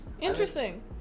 Interesting